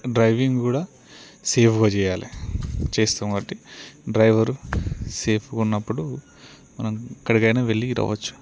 driving కూడా సేఫ్గా చేయాలి చేస్తాం కాబట్టి డ్రైవర్ సేఫ్గా ఉన్నప్పుడు మనం ఎక్కడికైనా వెళ్లి రావచ్చు